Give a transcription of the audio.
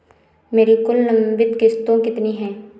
मेरी कुल लंबित किश्तों कितनी हैं?